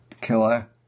killer